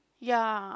ya